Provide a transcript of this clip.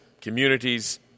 communities